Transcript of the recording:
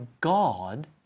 God